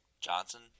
Johnson